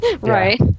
Right